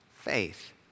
faith